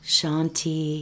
Shanti